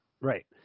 Right